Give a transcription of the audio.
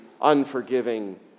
unforgiving